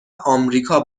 آمریکا